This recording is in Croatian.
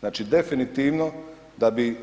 Znači, definitivno da bi